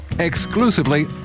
Exclusively